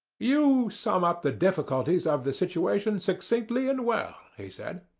you sum up the difficulties of the situation succinctly and well, he said.